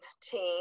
team